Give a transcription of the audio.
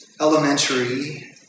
Elementary